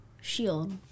shield